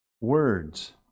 words